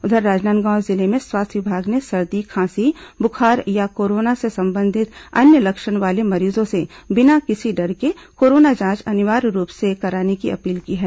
उधर राजनांदगांव जिले में स्वास्थ्य विभाग ने सर्दी खांसी बुखार या कोरोना से संबंधित अन्य लक्षण वाले मरीजों से बिना किसी डर के कोरोना जांच अनिवार्य रूप से कराने की अपील की है